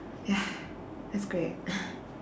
ya that's great